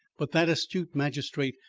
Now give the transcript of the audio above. but that astute magistrate,